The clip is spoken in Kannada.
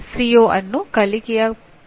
ಇವುಗಳನ್ನು ನಾವು ಬೋಧನೆಯ ಮಾದರಿಗಳು ಎಂದು ಕರೆಯುತ್ತೇವೆ